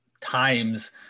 times